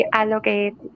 allocate